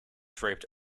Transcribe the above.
draped